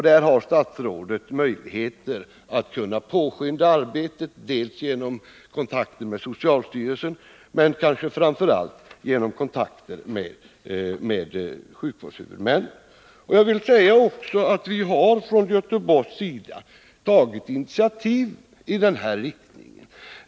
Där har statsrådet möjligheter att påskynda arbete: dels genom kontakter med socialstyrelsen, dels och framför allt genom kontakter med sjukvårdshuvudmännen. Jag vill också säga att vi från Göteborgs sida har tagit initiativ i den här riktningen.